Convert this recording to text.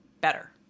better